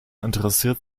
interessiert